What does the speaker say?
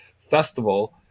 festival